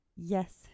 Yes